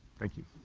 thank you.